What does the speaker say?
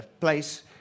place